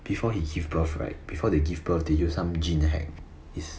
before he give birth right before they give birth they use some gene hack is